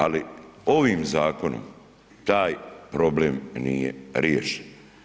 Ali ovim zakonom taj problem nije riješen.